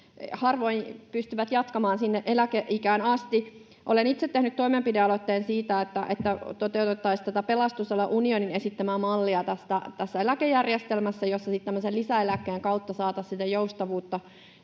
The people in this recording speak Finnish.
harvoin pystyvät jatkamaan sinne eläkeikään asti. Olen itse tehnyt toimenpidealoitteen siitä, että toteutettaisiin tätä Pelastusalan unionin esittämää mallia tässä eläkejärjestelmässä, jolla sitten tämmöisen lisäeläkkeen kautta saataisiin joustavuutta.